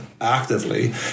actively